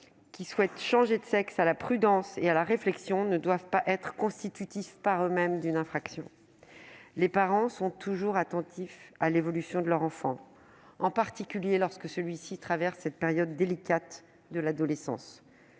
désireuse de changer de sexe à la prudence et à la réflexion ne doivent pas être constitutifs, en eux-mêmes, d'une infraction. Les parents sont toujours attentifs à l'évolution de leur enfant, en particulier dans la phase délicate de l'adolescence.